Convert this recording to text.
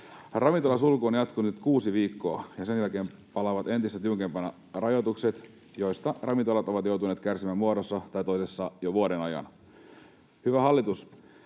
Ravintolasulku on jatkunut kuusi viikkoa, ja sen jälkeen palaavat entistä tiukempina rajoitukset, joista ravintolat ovat joutuneet kärsimään muodossa tai toisessa jo vuoden ajan. Hyvä hallitus,